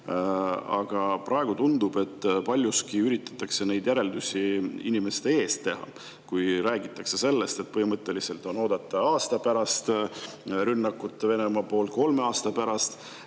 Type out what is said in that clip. Aga praegu tundub, et paljuski üritatakse neid järeldusi inimeste eest teha, kui räägitakse sellest, et põhimõtteliselt on oodata rünnakut Venemaa poolt aasta või kolme aasta pärast.